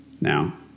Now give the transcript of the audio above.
now